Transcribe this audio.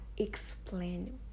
explain